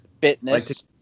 fitness